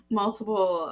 multiple